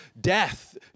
death